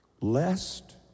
lest